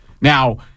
Now